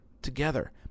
Together